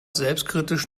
selbstkritisch